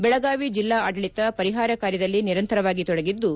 ಬೆಳಗಾವಿ ಜಿಲ್ಲಾ ಆಡಳಿತ ಪರಿಹಾರ ಕಾರ್ಯದಲ್ಲಿ ನಿರಂತರವಾಗಿ ತೊಡಗಿದ್ದು